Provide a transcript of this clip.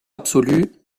absolu